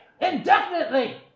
indefinitely